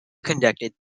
conducted